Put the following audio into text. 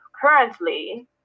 Currently